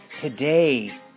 Today